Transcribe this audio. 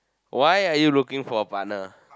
why are you looking for a partner